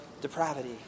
depravity